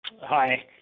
Hi